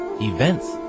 events